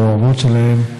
למעורבות שלהם.